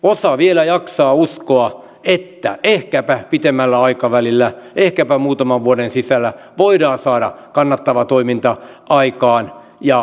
osa vielä jaksaa uskoa että ehkäpä pitemmällä aikavälillä ehkäpä muutaman vuoden sisällä voidaan saada kannattava toiminta aikaan ja tulevaisuusnäköaloja on